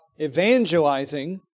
evangelizing